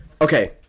Okay